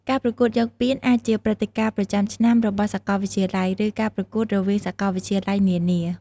ការប្រកួតយកពានអាចជាព្រឹត្តិការណ៍ប្រចាំឆ្នាំរបស់សាកលវិទ្យាល័យ ឬការប្រកួតរវាងសាកលវិទ្យាល័យនានា។